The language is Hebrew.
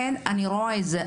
אני רואה את זה,